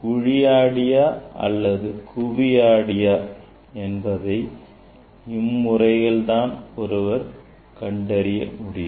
குழி ஆடியா அல்லது குவி ஆடியா என்பதை இம்முறையில் தான் ஒருவர் கண்டறிய முடியும்